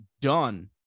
done